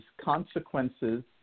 consequences